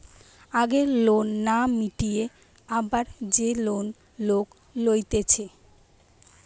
আগের লোন না মিটিয়ে আবার যে লোন লোক লইতেছে